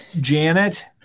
Janet